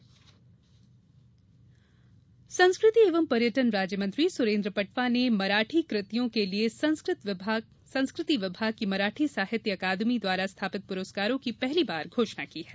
पुरुस्कार संस्कृति एवं पर्यटन राज्य मंत्री सुरेन्द्र पटवा ने मराठी कृतियों के लिये संस्कृति विभाग की मराठी साहित्य अकादमी द्वारा स्थापित पुरस्कारों की पहली बार घोषणा की है